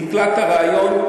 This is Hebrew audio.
נקלט הרעיון,